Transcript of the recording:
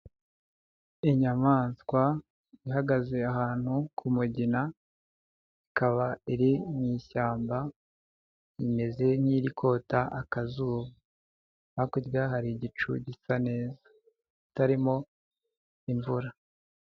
Inyamaswa ihagaze ahantu ku mugina ikaba iri mu ishyamba rimeze nk'irikota akazuba, hakurya hari igicu gisa neza kitarimo imvura.